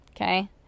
okay